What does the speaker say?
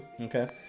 okay